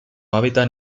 hábitat